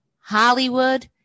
Hollywood